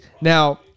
Now